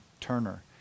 Turner